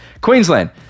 Queensland